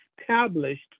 established